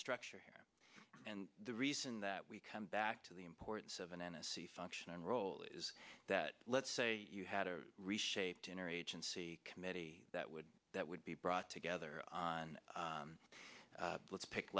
structure here and the reason that we come back to the importance of an n f c function and role is that let's say you had a reshaped inner agency committee that would that would be brought together on let's pick